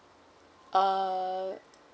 uh